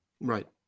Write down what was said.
right